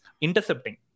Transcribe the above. intercepting